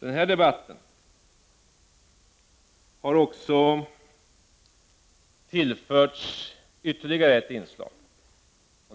Den här debatten har tillförts ytterligare ett inslag.